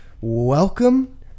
welcome